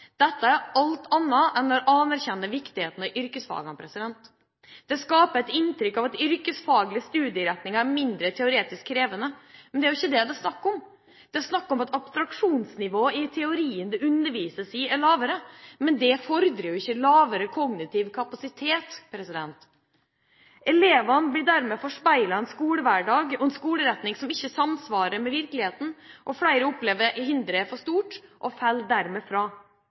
Dette er alt annet enn å anerkjenne viktigheten av yrkesfagene. Det skaper et inntrykk av at yrkesfaglig studieretning er mindre teoretisk krevende, men det er jo ikke det det er snakk om! Det er snakk om at abstraksjonsnivået i teorien det undervises i, er lavere, men det fordrer jo ikke mindre kognitiv kapasitet. Elevene blir dermed forespeilet en skolehverdag og en skoleretning som ikke samsvarer med virkeligheten. Flere opplever at hinderet er for stort, og faller dermed fra.